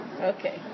Okay